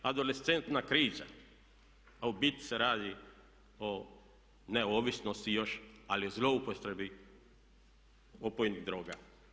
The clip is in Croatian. Adolescentna kriza, a u biti se radi o ne ovisnosti još ali zloupotrebi opojnih droga.